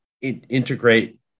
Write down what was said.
integrate